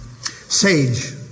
Sage